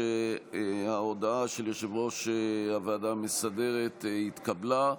שההודעה של יושב-ראש הוועדה המסדרת התקבלה.